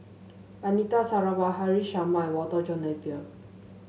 Anita Sarawak Haresh Sharma and Walter John Napier